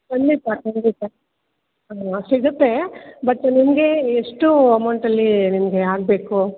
ಖಂಡಿತ ಖಂಡಿತ ಸಿಗುತ್ತೆ ಬಟ್ ನಿಮಗೆ ಎಷ್ಟು ಅಮೌಂಟಲ್ಲಿ ನಿಮಗೆ ಆಗಬೇಕು